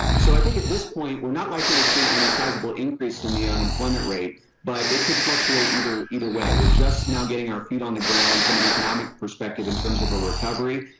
so i think at this point, we're not likely to see any sizeable increase in the unemployment rate. but it could fluctuate either either way. we're just now getting our feet on the ground from an economic perspective, in terms of recovery.